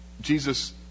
Jesus